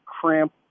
cramp